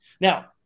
Now